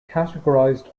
categorized